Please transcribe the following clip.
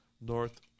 North